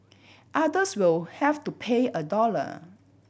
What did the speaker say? others will have to pay a dollar